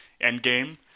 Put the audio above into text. Endgame